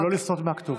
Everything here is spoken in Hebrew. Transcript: ולא לסטות מהכתוב.